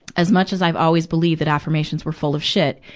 as much as i've always believed that affirmations were full of shit,